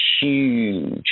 huge